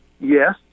yes